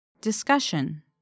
Discussion